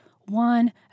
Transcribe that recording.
One